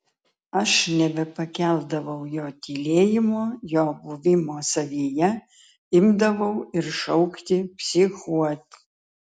aš nebepakeldavau jo tylėjimo jo buvimo savyje imdavau ir šaukti psichuot